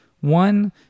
one